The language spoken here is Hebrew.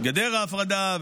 גדר ההפרדה,